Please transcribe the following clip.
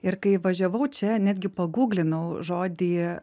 ir kai važiavau čia netgi pagūglinau žodį